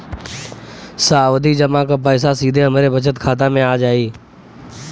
सावधि जमा क पैसा सीधे हमरे बचत खाता मे आ जाई?